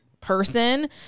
person